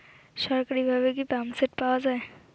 সরকারিভাবে কি পাম্পসেট পাওয়া যায়?